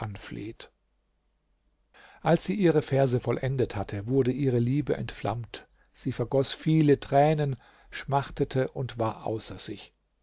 als sie ihre verse vollendet hatte wurde ihre liebe entflammt sie vergoß viele tränen schmachtete und war außer sich